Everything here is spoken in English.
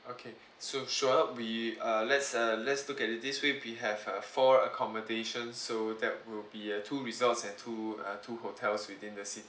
okay so sure we uh let's uh let's look at it this way we have uh four accommodation so that will be a two resorts and two uh two hotels within the city